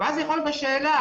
אז עולה השאלה,